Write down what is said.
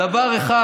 דבר אחד